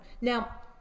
Now